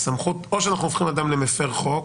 שאנחנו הופכים אדם למפר חוק,